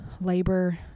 labor